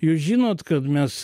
jūs žinot kad mes